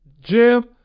Jim